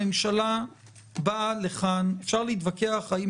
הממשלה באה לכאן אפשר להתווכח האם